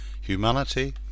Humanity